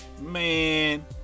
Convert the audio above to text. man